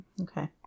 Okay